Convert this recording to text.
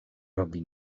robi